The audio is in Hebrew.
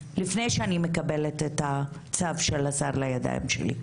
לפני שאני מקבלת את הצו של השר לידיים שלי,